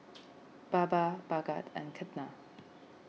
Baba Bhagat and Ketna